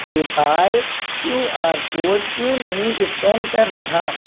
پے پال Q R code کیوں نہیں scan کر رہا